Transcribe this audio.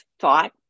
thought